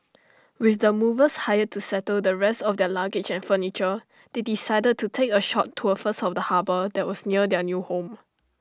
with the movers hired to settle the rest of their luggage and furniture they decided to take A short tour first of the harbour that was near their new home